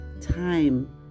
time